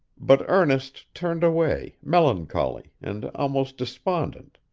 but ernest turned away, melancholy, and almost despondent